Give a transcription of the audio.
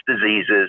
diseases